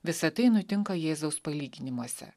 visa tai nutinka jėzaus palyginimuose